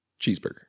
Cheeseburger